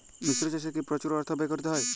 মিশ্র চাষে কি প্রচুর অর্থ ব্যয় করতে হয়?